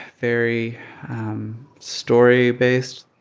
very story-based.